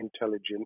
intelligent